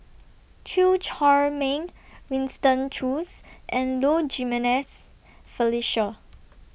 Chew Chor Meng Winston Choos and Low Jimenez Felicia